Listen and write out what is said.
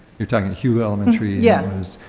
you're talking hugo elementary yeah was